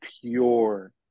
pure